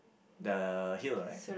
the hill what right